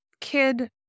kid